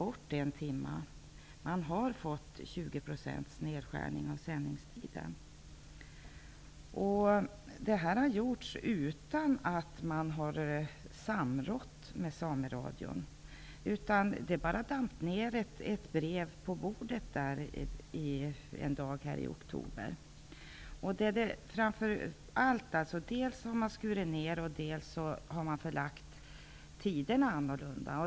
Sameradion har fått 20 % nedskärning av sändningstiden. Detta har gjorts utan att man har samrått med Sameradion. Det bara damp ned ett brev på deras bord en dag i oktober. Dels har man alltså skurit ned, dels har man förlagt sändningstiderna annorlunda.